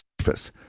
surface